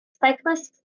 cyclists